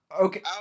Okay